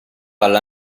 alla